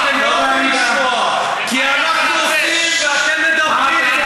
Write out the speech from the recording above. אתם לא אוהבים לשמוע, כי אנחנו עושים ואתם מדברים.